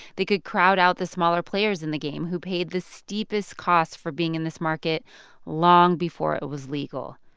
they could crowd out the smaller players in the game who paid the steepest cost for being in this market long before it was legal,